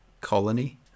colony